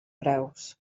preus